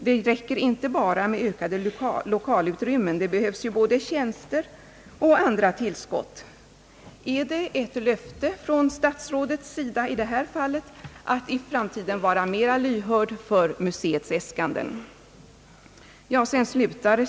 Det räcker inte bara med ökade lokalutrymmen, det behövs både tjänster och andra tillskott. är det ett löfte från statsrådets sida att i framtiden vara mera lyhörd för museets äskanden?